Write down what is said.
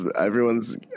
everyone's